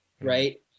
right